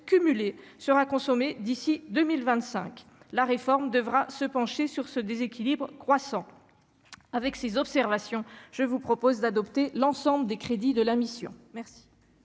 cumulé sera consommé d'ici 2025 la réforme devra se pencher sur ce déséquilibre croissant avec ses observations, je vous propose d'adopter l'ensemble des crédits de la mission